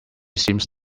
seems